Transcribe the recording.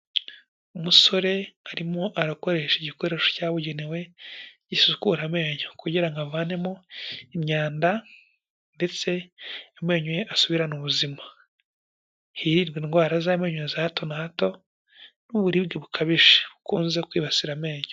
Umusore arimo arakoresha igikoresho cyabugenewe gisukura amenyo, kugira avanemo imyanda ndetse amenyo ye asubirane ubuzima. Hirindwe indwara z'amenyo za hato na hato n'uburibwe bukabije bukunze kwibasira amenyo.